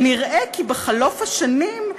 ונראה כי בחלוף השנים,